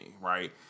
right